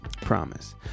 promise